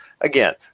again